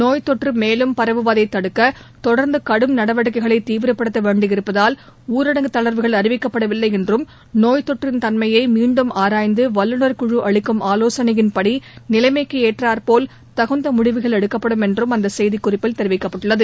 நோய்த்தொற்று மேலும் பரவுவதைத் தடுக்க தொடா்ந்து கடும் நடவடிக்கைகளை தீவிரப்படுத்த வேண்டியிருப்பதால் ஊரடங்கு தளா்வுகள் அறிவிக்கப்படவில்லை என்றும் நோய்த்தொற்றின் தன்மையை மீன்டும் ஆராய்ந்து வல்லுநர்குழு அளிக்கும் ஆலோசனையின்படி நிலைமைக்கு ஏற்றார்போல் தகுந்த முடிவுகள் எடுக்கப்படும் என்றும் அந்த செய்திக்குறிப்பில் தெரிவிக்கப்பட்டுள்ளது